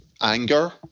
anger